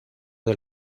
del